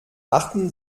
achten